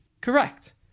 Correct